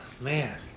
man